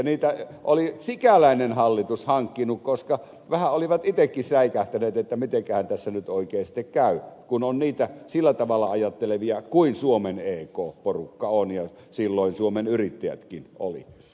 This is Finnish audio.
niitä oli sikäläinen hallitus hankkinut koska vähän oli itsekin säikähtänyt että mitenkähän tässä nyt oikein sitten käy kun on niitä sillä tavalla ajattelevia kuin suomen ek porukka on ja silloin suomen yrittäjätkin oli